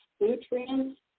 nutrients